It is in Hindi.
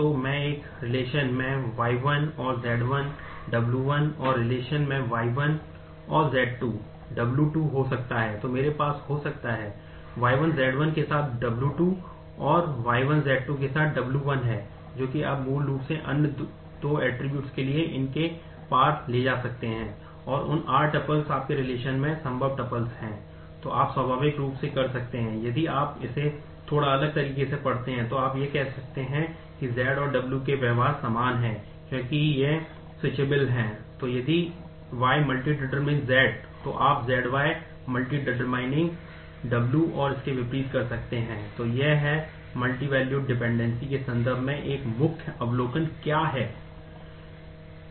तो आप स्वाभाविक रूप से कर सकते हैं यदि आप इसे थोड़ा अलग तरीके से पढ़ते हैं तो आप यह देख सकते हैं कि Z और W के व्यवहार समान हैं क्योंकि वे स्विचब्ले के संदर्भ में एक मुख्य अवलोकन क्या है